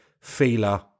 feeler